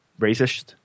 racist